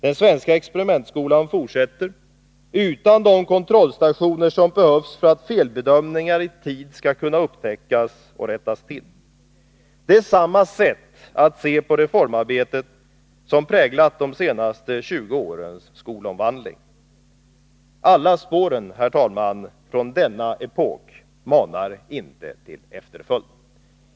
Den svenska experimentskolan fortsätter utan de kontrollstationer som behövs för att felbedömningar i tid skall kunna upptäckas och rättas till. Det är samma sätt att se på reformarbetet som präglat de senaste 20 årens skolomvandling. Alla spåren från denna epok manar inte till efterföljd. Herr talman!